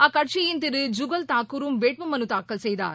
அக்கட்சியின் திரு ஜுகல் தாக்கூரும் வேட்பு மனு தாக்கல் செய்தார்